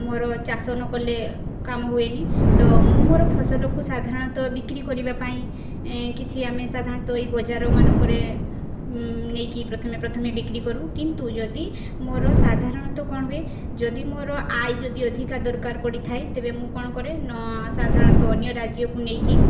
ମୋର ଚାଷ ନ କଲେ କାମ ହୁଏନି ତ ମୁଁ ମୋର ଫସଲକୁ ସାଧାରଣତଃ ବିକ୍ରୀ କରିବା ପାଇଁ କିଛି ଆମେ ସାଧାରଣତଃ ଏଇ ବଜାରମାନଙ୍କରେ ନେଇକି ପ୍ରଥମେ ପ୍ରଥମେ ବିକ୍ରୀ କରୁ କିନ୍ତୁ ଯଦି ମୋର ସାଧାରଣତଃ କ'ଣ ହୁଏ ଯଦି ମୋର ଆୟ ଯଦି ଅଧିକା ଦରକାର ପଡ଼ିଥାଏ ତେବେ ମୁଁ କ'ଣ କରେ ନ ସାଧାରଣତଃ ଅନ୍ୟ ରାଜ୍ୟକୁ ନେଇକରି